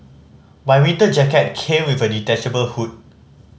my winter jacket came with a detachable hood